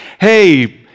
Hey